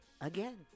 Again